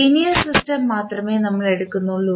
linear system മാത്രമേ നമ്മൾ എടുക്കുന്നുള്ളൂ